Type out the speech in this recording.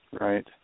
Right